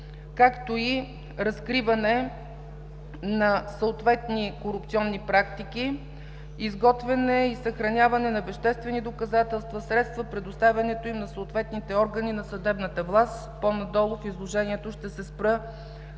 както и разкриване на съответни корупционни практики; изготвяне и съхраняване на веществени доказателства, средства и предоставянето им на съответните органи на съдебната власт. По-надолу в изложението ще се спра